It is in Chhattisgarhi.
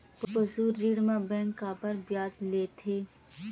पशु ऋण म बैंक काबर ब्याज लेथे?